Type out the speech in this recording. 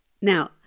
Now